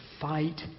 fight